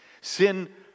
Sin